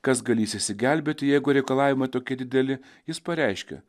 kas galįs išsigelbėti jeigu reikalavimai tokie dideli jis pareiškė